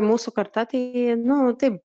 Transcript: mūsų karta tai nu taip